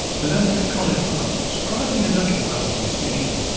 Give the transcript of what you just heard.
resembling a cauliflower, surprisingly little, relatively speaking,